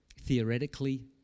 theoretically